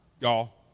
y'all